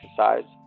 exercise